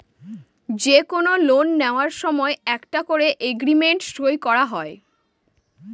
যে কোনো লোন নেওয়ার সময় একটা করে এগ্রিমেন্ট সই করা হয়